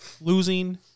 losing